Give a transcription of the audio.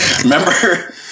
Remember